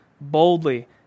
boldly